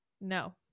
no